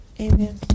Amen